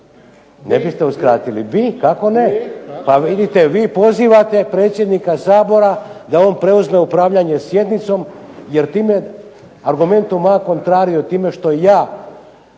Ne biste uskratili. Pa bi, kako ne. pa vidite vi pozivate predsjednika Sabora da on preuzme upravljanje sjednicom jer time argumentom moja ... time što ja